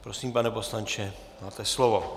Prosím, pane poslanče, máte slovo.